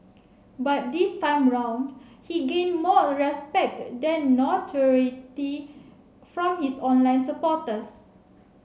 but this time round he gained more respect than notoriety from his online supporters